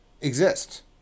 exist